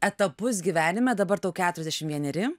etapus gyvenime dabar tau keturiasdešim vieneri